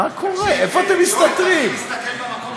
יואל, תתחיל להסתכל במקום הנכון.